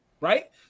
right